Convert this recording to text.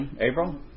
April